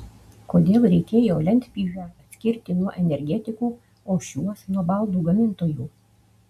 kodėl reikėjo lentpjūvę atskirti nuo energetikų o šiuos nuo baldų gamintojų